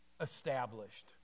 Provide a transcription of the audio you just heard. established